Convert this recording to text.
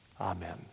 Amen